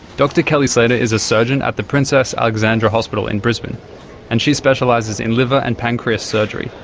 dr kellee slater is a surgeon at the princess alexandria hospital in brisbane and she specialises in liver and pancreas surgery,